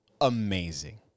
Amazing